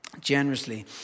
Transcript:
generously